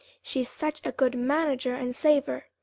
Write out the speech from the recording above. she's such a good manager and saver.